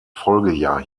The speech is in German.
folgejahr